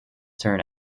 turn